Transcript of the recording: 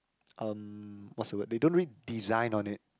um what's the word they don't really design on it